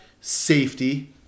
safety